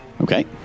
okay